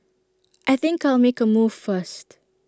I think I'll make A move first